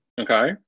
Okay